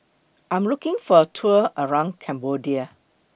I Am looking For A Tour around Cambodia